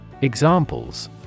Examples